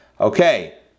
Okay